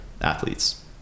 athletes